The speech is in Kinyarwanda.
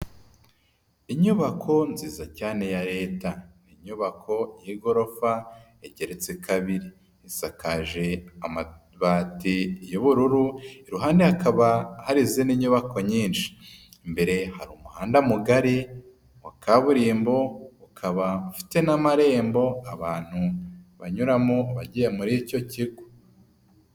Inyubako nziza cyane ya leta, inyubako y'igorofa, igeretse kabiri, isakaje amabati y'ubururu, iruhande hakaba hari izindi nyubako nyinshi, imbere hari umuhanda mugari wa kaburimbo, ukaba ufite n'amarembo, abantu banyuramo bagiye muri icyo kigo.